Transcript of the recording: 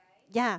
yea